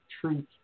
truth